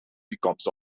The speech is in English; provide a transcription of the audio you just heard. becomes